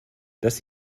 das